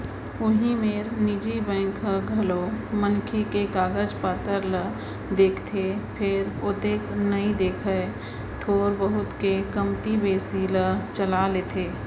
उही मेर निजी बेंक ह घलौ मनखे के कागज पातर ल देखथे फेर ओतेक नइ देखय थोर बहुत के कमती बेसी ल चला लेथे